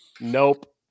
Nope